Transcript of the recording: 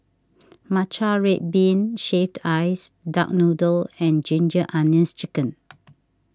Matcha Red Bean Shaved Ice Duck Noodle and Ginger Onions Chicken